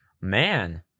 Man